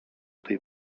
tej